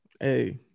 Hey